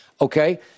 Okay